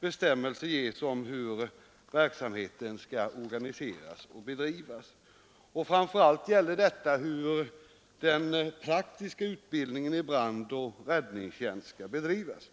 bestämmelser ges för hur verksamheten skall organiseras och bedrivas. Framför allt gäller detta hur den praktiska utbildningen i brandoch räddningstjänst skall bedrivas.